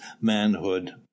manhood